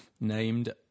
named